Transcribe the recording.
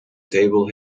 table